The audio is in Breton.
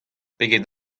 pegeit